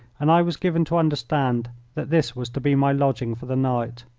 and i was given to understand that this was to be my lodging for the night.